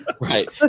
Right